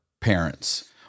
parents